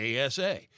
ASA